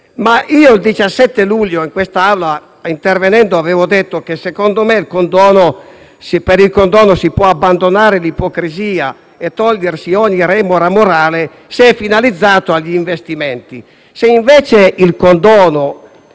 Il 17 luglio, intervenendo in quest'Aula, avevo detto che, secondo me, per il condono si può abbandonare l'ipocrisia e togliersi ogni remora morale se è finalizzato agli investimenti.